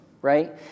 right